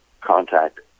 contact